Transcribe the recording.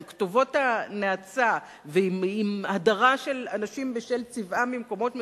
עם כתובות הנאצה ועם הדרה של אנשים בשל צבעם במקומות מסוימים,